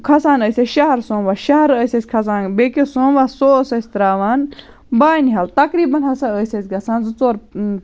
کھَسان ٲسۍ أسۍ شَہَر سوموَس شَہَر ٲسۍ أسۍ کھَسان بیٚکِس سوموَس سُہ اوس اَسہِ ترٛاوان بانہِ ہال تقریٖبَن ہَسا ٲسۍ أسۍ گَژھان زٕ ژور